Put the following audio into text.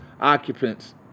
occupants